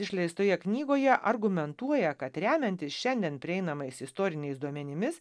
išleistoje knygoje argumentuoja kad remiantis šiandien prieinamais istoriniais duomenimis